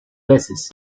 veces